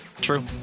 True